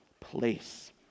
place